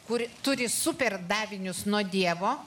kur turi super davinius nuo dievo